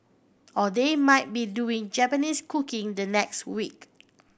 or they might be doing Japanese cooking the next week